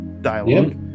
dialogue